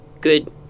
good